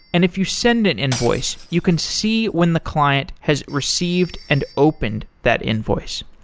and if you send an invoice, you can see when the client has received and opened that invoice.